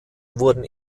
wurden